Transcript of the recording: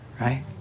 Right